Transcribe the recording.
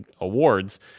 awards